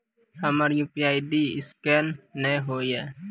हमर UPI scan नेय हो या?